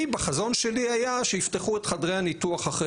אני בחזון שלי היה שיפתחו את חדרי הניתוח אחרי